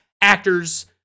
actors